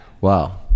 wow